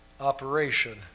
operation